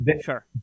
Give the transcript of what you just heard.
Sure